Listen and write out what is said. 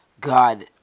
God